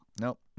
Nope